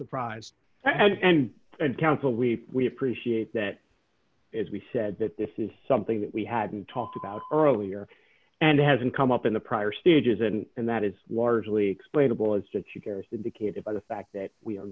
surprised and and council we we appreciate that as we said that this is something that we hadn't talked about earlier and it hasn't come up in the prior stages and that is largely explainable d as just you care is indicated by the fact that we are